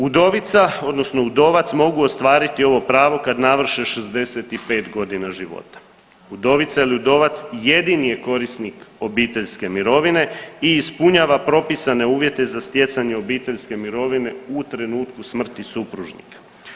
Udovica odnosno udovac mogu ostvariti ovo pravo kad navrše 65 godina života, udovica ili udovac jedini je korisnik obiteljske mirovine i ispunjava propisane uvjete za stjecanje obiteljske mirovine u trenutku smrti supružnika.